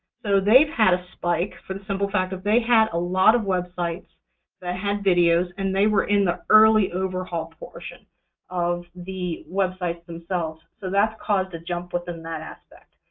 so they've had a spike for the simple fact that they had a lot of websites that had videos, and they were in the early overhaul portion of the websites themselves. so that's caused a jump within that aspect.